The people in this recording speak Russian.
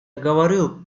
говорю